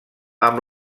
amb